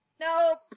Nope